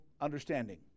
understanding